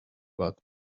but